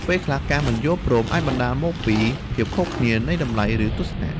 ពេលខ្លះ ការមិនយល់ព្រមអាចបណ្តាលមកពីភាពខុសគ្នានៃតម្លៃ ឬទស្សនៈ។